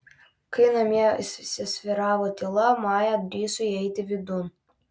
kai namie įsivyravo tyla maja drįso įeiti vidun